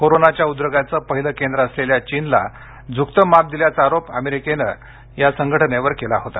कोरोनाच्या उद्रेकाचं पहिलं केंद्र असलेल्या चीनला झुकतं माप दिल्याचा आरोप अमेरिकेनं जागतिक आरोग्य संघटनेवर केला होता